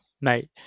Mate